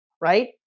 Right